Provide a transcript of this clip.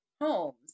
homes